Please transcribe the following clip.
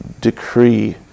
decree